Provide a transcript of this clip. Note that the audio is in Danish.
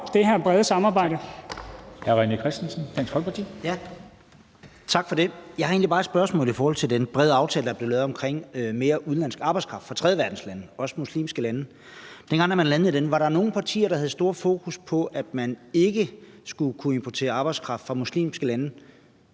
Tak for det. Jeg har egentlig bare et spørgsmål i forhold til den brede aftale, der er blevet lavet, omkring mere udenlandsk arbejdskraft fra tredjeverdenslande, også muslimske lande. Dengang man landede den, var der da nogle partier, der havde et stort fokus på, at man ikke skulle kunne importere arbejdskraft fra muslimske lande,